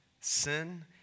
sin